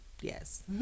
yes